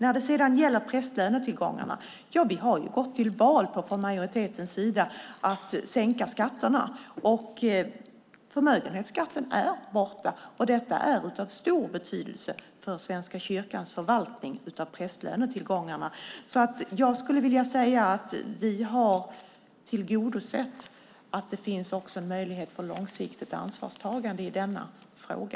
När det sedan gäller prästlönetillgångarna kan jag säga att vi ju från majoritetens sida har gått till val på att sänka skatterna. Förmögenhetsskatten är borta, och det är av stor betydelse för Svenska kyrkans förvaltning av prästlönetillgångarna. Jag skulle vilja säga att vi har tillgodosett att det också på lång sikt finns möjlighet till ett ansvarstagande i denna fråga.